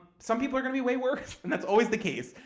some people are going to be way worse, and that's always the case.